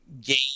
game